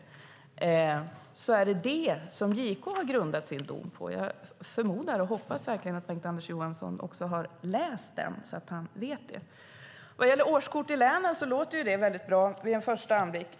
Det är det som JK har grundat sin dom på. Jag förmodar och hoppas verkligen att Bengt-Anders Johansson också har läst den så att han vet det. Vad gäller årskort i länen ser det väldigt bra ut vid en första anblick.